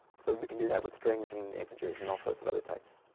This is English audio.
so we can do that with strings and integers and all sorts of other types.